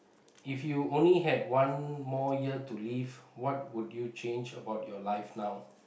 if you only had one more year to live what would you change about your life now